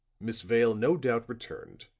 miss vale no doubt returned,